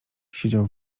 siedział